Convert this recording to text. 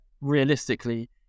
realistically